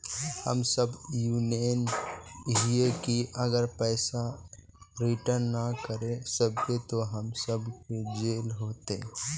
हम सब सुनैय हिये की अगर पैसा रिटर्न ना करे सकबे तो हम सब के जेल होते?